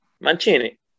Mancini